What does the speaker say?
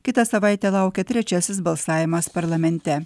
kitą savaitę laukia trečiasis balsavimas parlamente